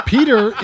Peter